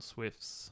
Swifts